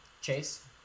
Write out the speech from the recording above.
Chase